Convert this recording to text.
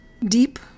Deep